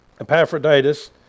Epaphroditus